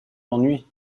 ennui